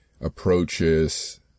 approaches